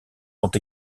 sont